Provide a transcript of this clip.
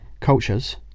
Cultures